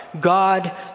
God